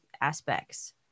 aspects